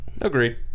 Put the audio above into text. Agreed